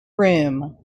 room